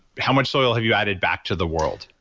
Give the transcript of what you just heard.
how much soil have you added back to the world?